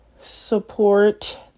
support